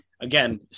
again